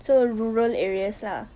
so rural areas lah